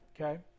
okay